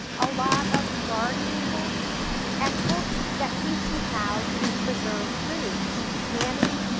a lot of gardening books and books that teach you how to preserve foods canning,